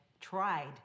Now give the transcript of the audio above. tried